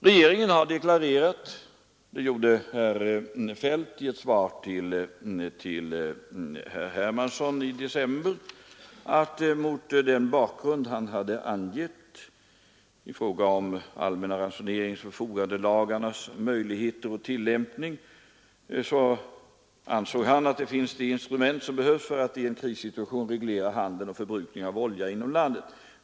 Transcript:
Herr Feldt har i ett svar till herr Hermansson i december deklarerat att när de allmänna ransoneringsoch förfogandelagarna trätt i kraft skulle enligt hans mening det instrument finnas som behövs för att i en krissituation reglera handeln och förbrukningen av olja inom landet.